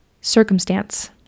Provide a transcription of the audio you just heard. circumstance